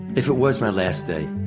if it was my last day,